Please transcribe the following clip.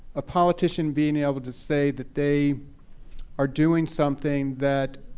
a politician being able to say that they are doing something that